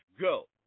go